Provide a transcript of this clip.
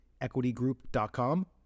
EquityGroup.com